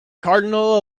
cardinal